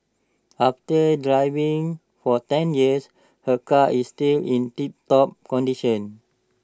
after driving for ten years her car is still in tiptop condition